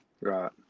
Right